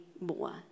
more